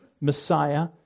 Messiah